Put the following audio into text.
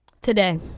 Today